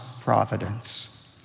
providence